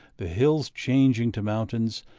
the hills changing to mountains,